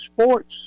sports